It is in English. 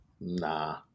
Nah